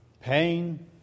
Pain